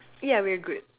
yeah we're good